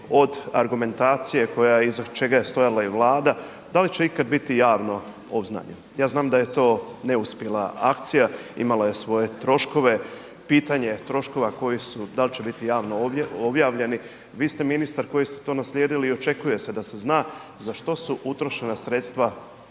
od argumentacije koja je, iza čega je stajala i Vlada, da li će ikad biti javno obznanjeno. Ja znam da je to neuspjela akcija, imala je svoje troškove, pitanje troškova koji su, da li će biti javno objavljeni, vi ste ministar koji ste to naslijedili i očekuje se da se zna za što su utrošena sredstva poreznih